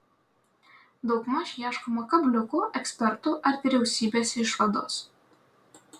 daugmaž ieškoma kabliukų ekspertų ar vyriausybės išvados